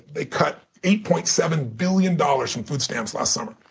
they cut eight point seven billion dollars from food stamps last summer.